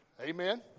Amen